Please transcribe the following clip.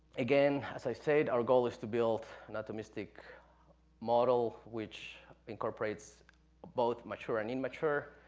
again, as i said, our goal is to build an optimistic model, which incorporates both mature and immature.